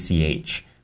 ACH